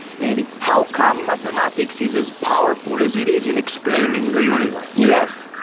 namely, how come mathematics is as powerful as it is in explaining the universe? yes